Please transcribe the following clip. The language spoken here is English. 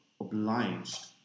obliged